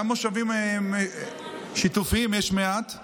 גם מושבים שיתופיים יש מעט.